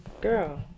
girl